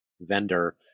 vendor